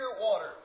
water